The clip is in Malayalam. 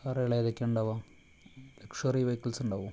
കാറുകൾ ഏതൊക്കെയാണ് ഉണ്ടാവുക ലക്ഷ്വറി വെഹിക്കിൾസ് ഉണ്ടാകുമോ